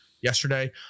yesterday